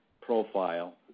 profile